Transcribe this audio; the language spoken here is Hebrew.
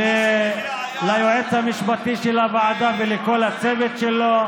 ליועץ המשפטי של הוועדה ולכל הצוות שלו,